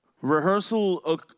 Rehearsal